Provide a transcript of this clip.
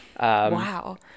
Wow